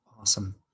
Awesome